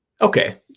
okay